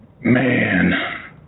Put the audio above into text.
Man